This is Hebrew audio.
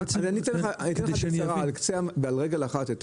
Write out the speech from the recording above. ברגל אחת,